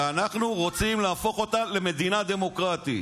ואנחנו רוצים להפוך אותה למדינה דמוקרטית.